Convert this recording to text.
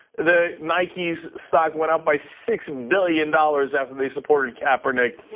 the nike's stock went up by six billion dollars after they supported kaepernick.